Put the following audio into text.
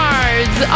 Cards